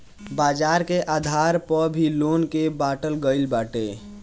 बाजार के आधार पअ भी लोन के बाटल गईल बाटे